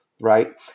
right